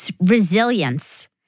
resilience